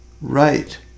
Right